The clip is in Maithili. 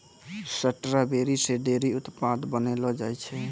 स्ट्राबेरी से ढेरी उत्पाद बनैलो जाय छै